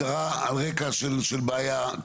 הסדרה על רקע של בעיה,